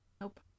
Nope